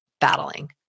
battling